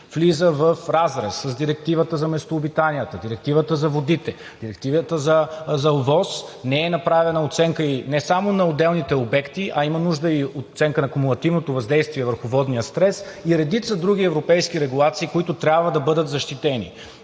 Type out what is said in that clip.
влиза в разрез с Директивата за местообитанията, Директивата за водите, Директивата за ОВОС, не е направена оценка и не само на отделните обекти, а има нужда и от оценка на кумулативното въздействие върху водния стрес и редица други европейски регулации, които трябва да бъдат защитени.